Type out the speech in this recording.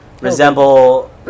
resemble